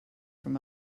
from